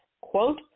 quote